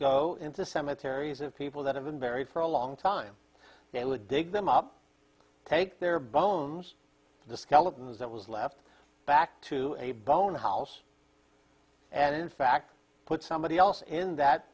go into cemeteries of people that have been buried for a long time they would dig them up take their bones to the skeletons that was left back to a bone house and in fact put somebody else in that